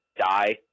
die